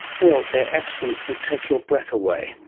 well, their absence would take your breath away.